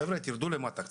חבר'ה, תרדו למטה קצת.